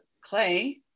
clay